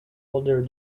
older